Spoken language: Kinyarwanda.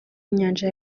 y’inyanja